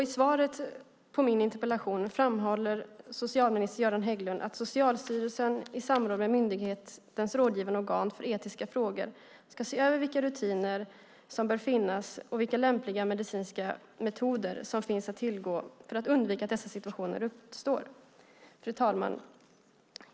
I svaret på min interpellation framhåller socialminister Göran Hägglund att Socialstyrelsen i samråd med myndighetens rådgivande organ för etiska frågor ska se över vilka rutiner som bör finnas och vilka lämpliga medicinska metoder som finns att tillgå för att undvika att dessa situationer uppstår. Fru talman!